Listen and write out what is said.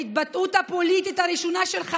ההתבטאות הפוליטית הראשונה שלך,